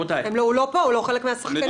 הוא לא פה, הוא לא חלק מהשחקנים.